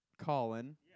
Colin